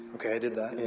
okay, i did that.